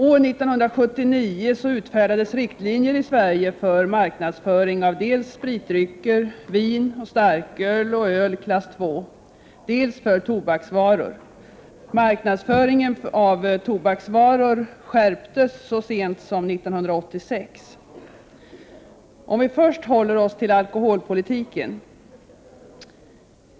År 1979 utfärdades riktlinjer i Sverige för marknadsföring av dels spritdrycker, vin, starköl och öl klass II, dels tobaksvaror. Marknadsföringen av tobaksvaror skärptes så sent som 1986. Jag skall först hålla mig till alkoholpolitiken.